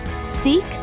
seek